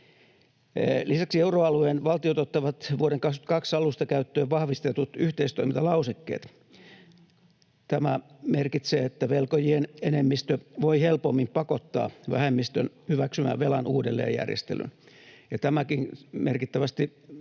Lisäksi euroalueen valtiot ottavat vuoden 22 alusta käyttöön vahvistetut yhteistoimintalausekkeet. Tämä merkitsee, että velkojien enemmistö voi helpommin pakottaa vähemmistön hyväksymään velan uudelleenjärjestelyn, ja tämäkin merkittävästi